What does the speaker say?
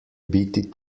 biti